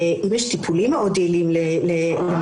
אם יש טיפולים מאוד יעילים למחלה